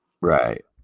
Right